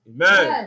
Amen